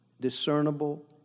discernible